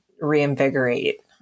reinvigorate